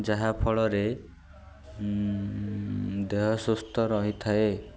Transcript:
ଯାହାଫଳରେ ଦେହ ସୁସ୍ଥ ରହିଥାଏ